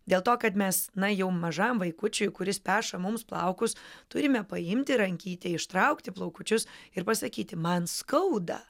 dėl to kad mes na jau mažam vaikučiui kuris peša mums plaukus turime paimti rankytę ištraukti plaukučius ir pasakyti man skauda